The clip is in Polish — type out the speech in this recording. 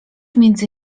między